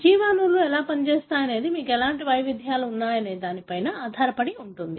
జీవ అణువులు ఎలా పనిచేస్తాయనేది మీకు ఎలాంటి వైవిధ్యాలు ఉన్నాయనే దానిపై ఆధారపడి ఉంటుంది